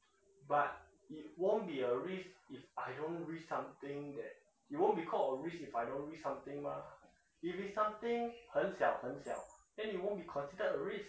but it won't be a risk if I don't risk something that it won't be called a risk if I don't risk something mah if it's something 很小很小 then it won't be considered a risk